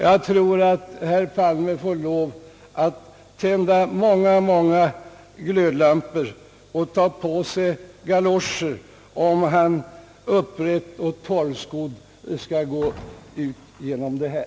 Jag tror att herr Palme får lov att tända många glödlampor och ta på sig galoscher, om han upprätt och torrskodd skall gå ut genom detta.